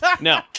No